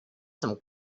some